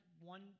one